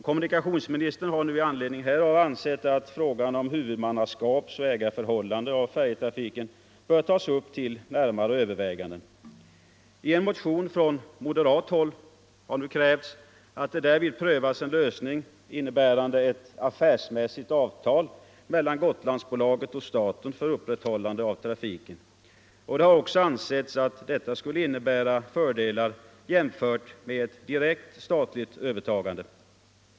Kommunikationsministern har i anledning härav ansett att frågan om huvudmannaskapsoch ägarförhållandena när det gäller färjetrafiken bör tas upp till närmare överväganden. I en motion från moderat håll har nu krävts att det därvid skall prövas en lösning innebärande ett affärsmässigt avtal mellan Gotlandsbolaget och staten för upprätthållande av trafiken. Det har också ansetts att detta skulle innebära fördelar jämfört med ett direkt statligt övertagande.